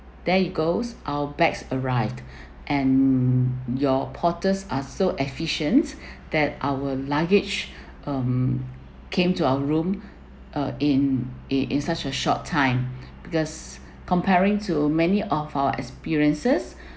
there it goes our bags arrived and your porters are so efficient that our luggage um came to our room uh in in in such a short time because comparing to many of our experiences